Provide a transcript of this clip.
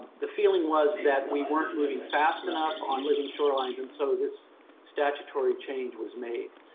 the feeling was that we weren't moving fast enough on living shorelines. and so this statutory change was made.